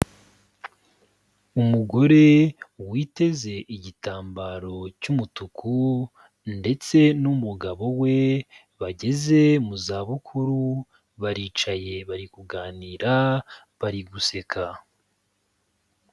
Umugore witeze igitambaro cy'umutuku ndetse n'umugabo we bageze mu zabukuru baricaye, bari kuganira, bari guseka.